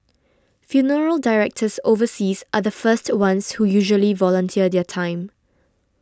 funeral directors overseas are the first ones who usually volunteer their time